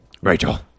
Rachel